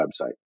website